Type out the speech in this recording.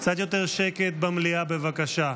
קצת יותר שקט במליאה, בבקשה.